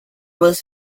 was